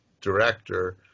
director